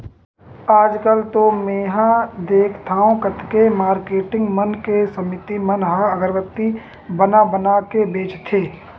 आजकल तो मेंहा देखथँव कतको मारकेटिंग मन के समिति मन ह अगरबत्ती बना बना के बेंचथे